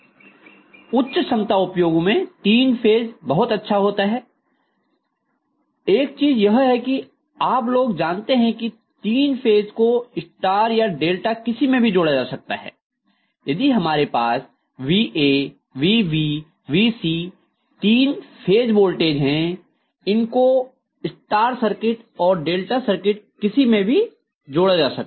उच्च क्षमता उपयोगों में तीन फेज बहुत अच्छा होता है और एक चीज यह है कि आप लोग जानते हैं कि तीन फेज को स्टार या डेल्टा किसी मैं भी जोड़ा जा सकता है तो यदि हमारे पास va vb vc तीन फेज वोल्टेज हैं इनको स्टार सर्किट और डेल्टा सर्किट किसी में भी जोड़ा जा सकता है